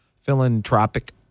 philanthropic